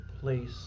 place